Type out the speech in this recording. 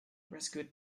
rescued